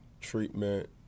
treatment